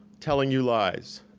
telling you lies.